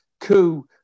coup